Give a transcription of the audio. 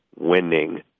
winning